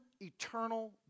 eternal